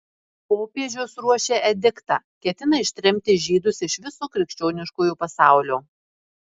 popiežius ruošia ediktą ketina ištremti žydus iš viso krikščioniškojo pasaulio